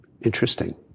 interesting